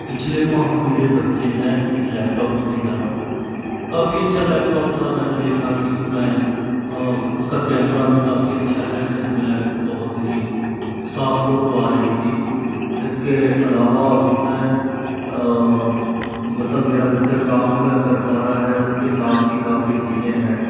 पिछले माह मेरे बच्चे ने एक लैपटॉप ख़रीदा काफ़ी अच्छा लैपटॉप था मैंने देखा कि उस में उसका कैमरा भी काफ़ी अच्छा है जिस में बहुत ही साफ़ फ़ोटो आ रही थी इस के अलावा उस में मतलब मेरा बच्चा काम कर कर पा रहा है उसके काम की काफ़ी चीज़ें हैं